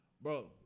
bro